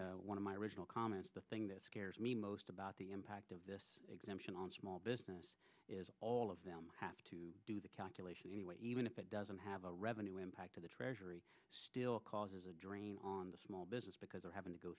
my one of my original comments the thing that scares me most about the impact of this exemption on small business is all of them have to do the calculation anyway even if it doesn't have a revenue impact to the treasury still causes a drain on the small business because of having to go